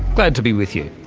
glad to be with you.